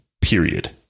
Period